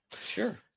sure